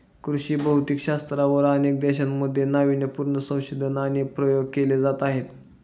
कृषी भौतिकशास्त्रावर अनेक देशांमध्ये नावीन्यपूर्ण संशोधन आणि प्रयोग केले जात आहेत